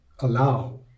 allow